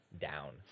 down